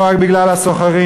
לא רק בגלל הסוחרים,